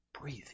Breathe